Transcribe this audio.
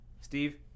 Steve